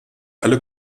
alle